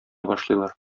башлыйлар